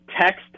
text